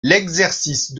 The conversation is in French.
l’exercice